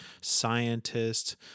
scientists